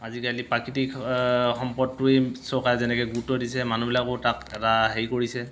আজিকালি প্ৰাকৃতিক সম্পদটোৱেই চৰকাৰে যেনেকৈ গুৰুত্ব দিছে মানুহবিলাকো তাত এটা হেৰি কৰিছে